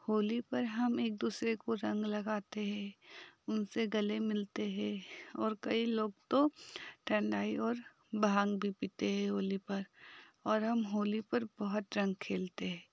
होली पर हम एक दूसरे को रंग लगाते हैं उनसे गले मिलते हैं और कई लोग तो ठंडाई और भांग भी पीते हैं होली पर और हम होली पर बहुत रंग खेलते हैं